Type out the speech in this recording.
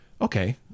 Okay